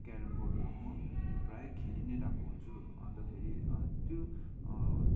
carrom बोर्डहरू म प्रायः खेली नै रहेको हुन्छु अन्त फेरि त्यो